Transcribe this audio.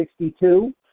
1962